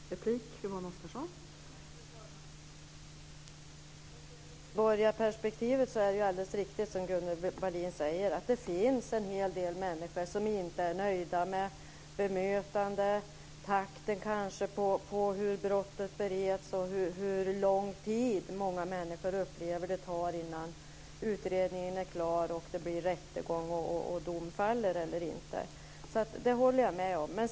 Fru talman! När det gäller medborgarperspektivet är det alldeles riktigt som Gunnel Wallin säger, det finns en hel del människor som inte är nöjda med bemötandet, med den takt som brottet bereds och hur lång tid många människor upplever att det tar innan utredningen är klar, det blir rättegång och dom faller eller inte. Det håller jag med om.